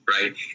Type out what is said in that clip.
right